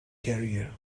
career